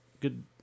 good